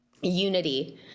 unity